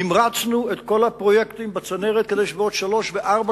המרצנו את כל הפרויקטים בצנרת כדי שבעוד שלוש וארבע